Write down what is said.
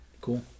Cool